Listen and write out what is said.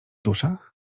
duszach